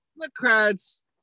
Democrats